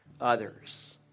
others